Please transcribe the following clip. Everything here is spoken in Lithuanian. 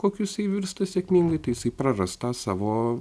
kokiu jisai virsta sėkmingai tai jisai praras tą savo